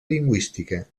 lingüística